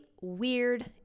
weird